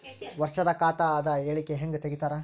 ವರ್ಷದ ಖಾತ ಅದ ಹೇಳಿಕಿ ಹೆಂಗ ತೆಗಿತಾರ?